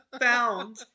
found